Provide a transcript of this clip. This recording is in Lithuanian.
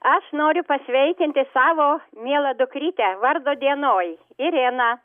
aš noriu pasveikinti savo mielą dukrytę vardo dienoj ireną